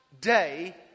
day